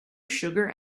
sugar